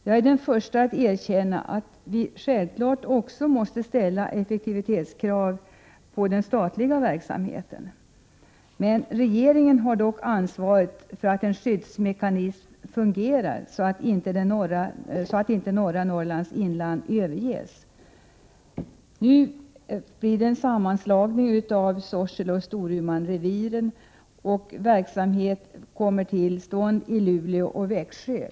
Jag är den första att erkänna att vi självfallet också måste ställa ett effektivitetskrav på den statliga verksamheten, men regeringen har dock ansvaret för att en skyddsmekanism fungerar, så att inte norra Norrlands inland överges. Nu blir det en sammanslagning av Sorseleoch Storumanreviren och verksamhet kommer till stånd i Luleå och Växjö.